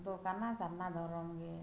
ᱫᱚ ᱠᱟᱱᱟ ᱥᱟᱨᱱᱟ ᱫᱷᱚᱨᱚᱢ ᱜᱮ